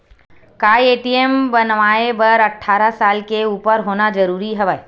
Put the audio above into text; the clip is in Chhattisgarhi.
का ए.टी.एम बनवाय बर अट्ठारह साल के उपर होना जरूरी हवय?